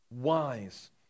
wise